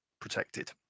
protected